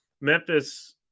Memphis